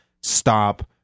stop